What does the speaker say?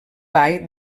bay